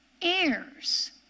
ears